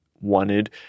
wanted